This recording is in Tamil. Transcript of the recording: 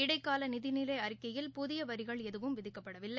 இடைக்காலநிதிநிலைஅறிக்கையில் புதியவரிகள் எதுவும் விதிக்கப்படவில்லை